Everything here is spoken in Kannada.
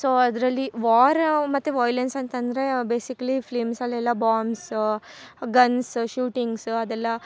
ಸೊ ಅದರಲ್ಲಿ ವಾರ್ ಮತ್ತು ವೈಲೆನ್ಸ್ ಅಂತಂದರೆ ಬೆಸಿಕಲಿ ಫಿಲಮ್ಸಲೆಲ್ಲ ಬಾಮ್ಸ್ ಗನ್ಸ್ ಶೂಟಿಂಗ್ಸ್ ಅದೆಲ್ಲ